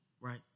right